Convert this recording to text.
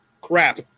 crap